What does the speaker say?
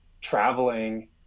traveling